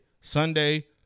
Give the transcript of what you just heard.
Sunday